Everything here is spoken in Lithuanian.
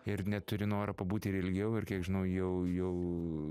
ir neturi noro pabūti ir ilgiau ir kiek žinau jau jau